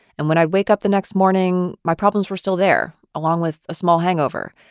and when i wake up the next morning, my problems were still there, along with a small hangover.